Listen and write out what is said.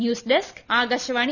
news desk Akashvani